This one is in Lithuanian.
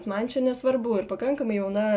man čia nesvarbu ir pakankamai jauna